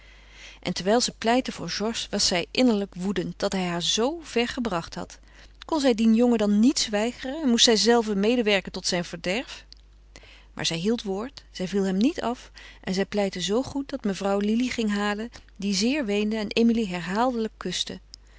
en terwijl ze pleitte voor georges was zij innerlijk woedend dat hij haar zo ver gebracht had kon zij dien jongen dan niets weigeren en moest zijzelven medewerken tot zijn verderf maar zij hield woord zij viel hem niet af en zij pleitte zoo goed dat mevrouw lili ging halen die zeer weende en emilie herhaaldelijk kuste